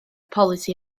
polisi